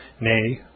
nay